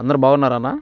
అందరు బాగున్నారా అన్నా